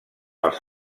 els